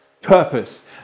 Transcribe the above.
purpose